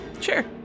Sure